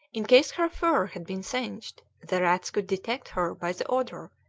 in case her fur had been singed the rats could detect her by the odor,